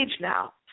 now